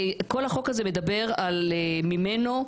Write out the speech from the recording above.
כל החוק הזה מדבר על ממנו,